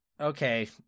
Okay